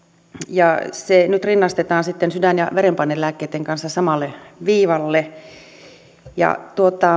ja se nyt rinnastetaan sitten sydän ja verenpainelääkkeitten kanssa samalle viivalle